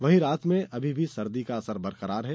वहीं रात में अभी भी सर्दी का असर बरकरार है